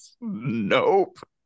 nope